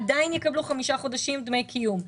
עדיין יקבלו חמישה חודשים דמי קיום.